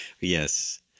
Yes